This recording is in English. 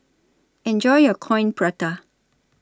Enjoy your Coin Prata